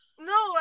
No